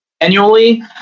annually